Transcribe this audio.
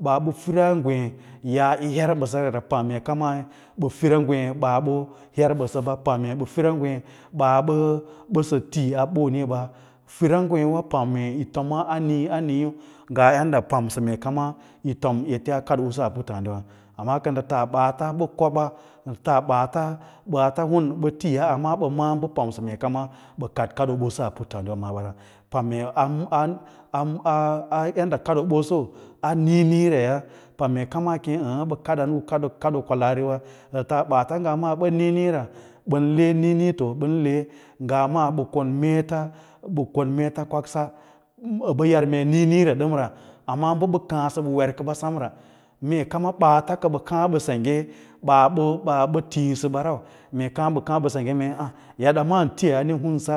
Baa ɓə fira ngwee yaa yi her ɓas two yara yi pam mee kama bə fira ngwee ɓaa ba her bəsəbə pam mee ba fira ngwee ɓəə ba jer basabe pam mee fira ngweewa pam mee yi tomaa amii aniiu nga yadda pamsa mee kam yi tomyâ a kadoo’uwu a patta drawa amma ka nga tas baata ba koba ngatas baata baata hun nda tiya amma ba m’a ba’ pamsa mee kama ba kad kadooboso a puttaá diwu wa pam mee a yadda kaɗoo ɓoso a niinii raya pam mee kama keme a ɓə kadan kadoo kwalaariwa ka nga tas baata ngwa maa ɓa niiniira ban le niiniiton le ngwa maa ɓa kon meetes, ba kon meets kwaksa əɓə yar mee niiniira damra amma ɓə ɓə kaǎsa bə wer kəɓa senra mee kama baats kəbə kaa ba sengye baa be thiisa ba rau mee kan ɓə kaâ ba sengge wamaan tryəne tunsa